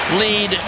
lead